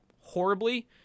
horribly